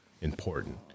important